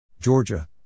Georgia